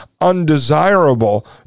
undesirable